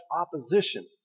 opposition